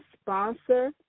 sponsor